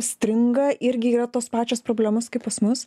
stringa irgi yra tos pačios problemos kaip pas mus